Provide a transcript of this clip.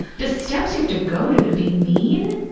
the steps you have to go to to be mean,